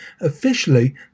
officially